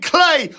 Clay